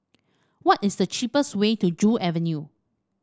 what is the cheapest way to Joo Avenue